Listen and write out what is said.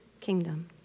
kingdom